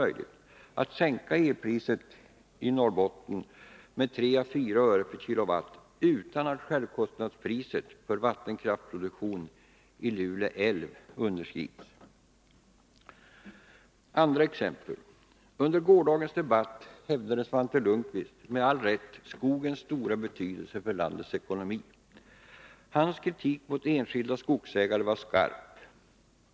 möjligt att sänka elpriset i Norrbotten med 4 å 5 öre per kilowattimme utan att självkostnadspriset för vattenkraftsproduktionen i Lule älv underskrids. Ett annat exempel. Under gårdagens debatt hävdade Svante Lundkvist med all rätt skogens stora betydelse för landets ekonomi. Hans kritik mot enskilda skogsägare var skarp.